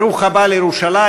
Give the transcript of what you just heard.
ברוך הבא לירושלים,